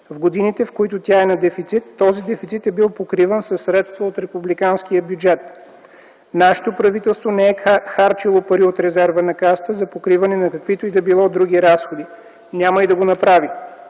В годините, в които тя е на дефицит, този дефицит е бил покриван със средства от републиканския бюджет. Нашето правителство не е харчило пари от резерва на Касата за покриване на каквито и да е било други разходи. Няма и да го направи.